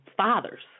fathers